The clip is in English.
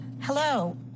Hello